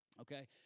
Okay